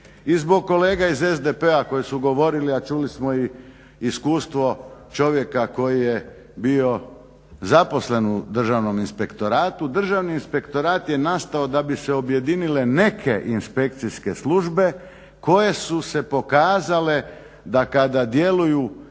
I zbog kolega iz SDP-a koji su govorili, a čuli smo i iskustvo čovjeka koji je bio zaposlen u Državnom inspektoratu, Državni inspektorat je nastao da bi se objedinile neke inspekcijske službe koje su se pokazale da kada djeluju